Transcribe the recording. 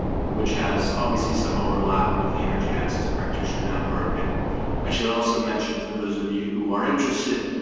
which has obviously some overlap with the energy access practitioner network. and i should also mention for those of you who are interested